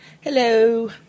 Hello